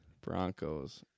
Broncos